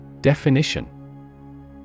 Definition